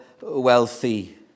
wealthy